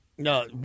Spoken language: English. No